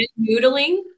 noodling